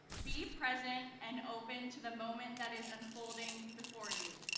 be present and open to the moment that is unfolding before you.